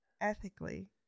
Ethically